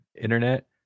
internet